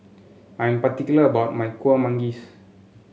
I am particular about my Kueh Manggis